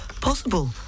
possible